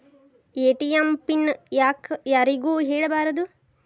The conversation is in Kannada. ಎ.ಟಿ.ಎಂ ಪಿನ್ ಯಾಕ್ ಯಾರಿಗೂ ಹೇಳಬಾರದು?